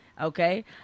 Okay